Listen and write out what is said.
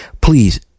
please